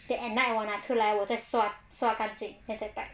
then at night 我拿出来我再刷刷干净 then 再戴